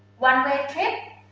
one way trip